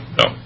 no